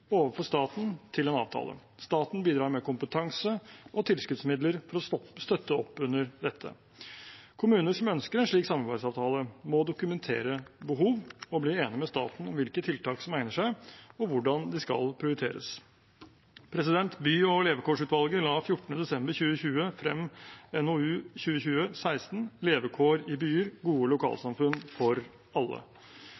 overfor staten til en avtale. Staten bidrar med kompetanse og tilskuddsmidler for å støtte opp under dette. Kommuner som ønsker en slik samarbeidsavtale, må dokumentere behov og bli enig med staten om hvilke tiltak som egner seg, og hvordan det skal prioriteres. By- og levekårsutvalget la 16. desember 2020 fram NOU 2020:16 Levekår i byer, gode